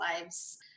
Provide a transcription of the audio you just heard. lives